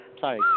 Sorry